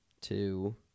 two